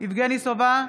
יבגני סובה,